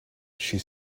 she